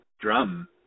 drum